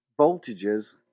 voltages